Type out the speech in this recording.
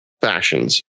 fashions